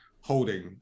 holding